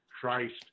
Christ